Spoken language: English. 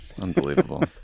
Unbelievable